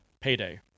payday